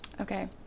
okay